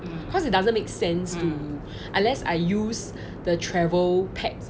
cause it doesn't make sense to unless I use the travel packs